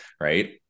right